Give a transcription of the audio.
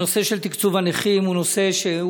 הנושא של תקצוב הנכים הוא נושא ש,